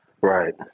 Right